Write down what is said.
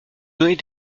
donner